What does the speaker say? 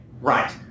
right